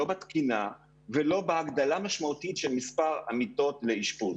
לא בתקינה ולא בהגדלה משמעותית של מספר המיטות לאשפוז.